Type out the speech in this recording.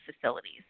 facilities